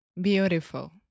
Beautiful